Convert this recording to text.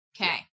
Okay